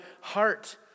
heart